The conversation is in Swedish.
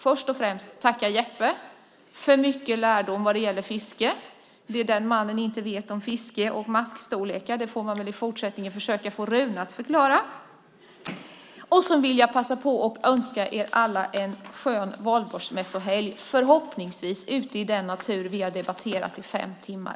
Först och främst vill jag tacka Jeppe för mycket lärdom vad det gäller fiske. Det den mannen inte vet om fiske och maskstorlekar får man väl i fortsättningen försöka få Rune att förklara. Sedan vill jag passa på att önska er alla en skön valborgsmässohelg, förhoppningsvis ute i den natur som vi har debatterat i fem timmar.